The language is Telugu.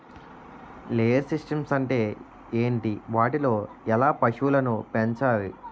లేయర్ సిస్టమ్స్ అంటే ఏంటి? వాటిలో ఎలా పశువులను పెంచాలి?